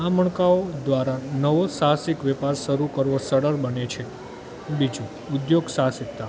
આ મણકાઓ દ્રારા નવો સાહસિક વેપાર શરૂ કરવો સરળ બને છે બીજું ઉદ્યોગ સાહસિકતા